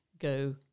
go